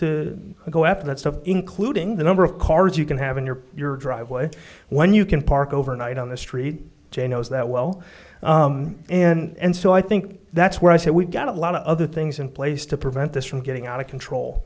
go after that stuff including the number of cars you can have in your your driveway when you can park overnight on the street j knows that well and so i think that's where i said we've got a lot of other things in place to prevent this from getting out of